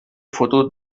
fotut